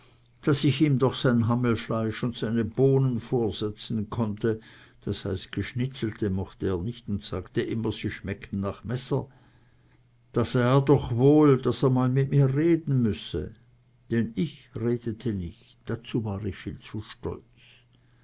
daß ich ihm doch sein hammelfleisch un seine bohnen vorsetzen konnte das heißt geschnitzelte mocht er nich un sagte immer sie schmeckten nach messer da sah er doch wohl daß er mal mit mir reden müsse denn ich redte nich dazu war ich viel zu stolz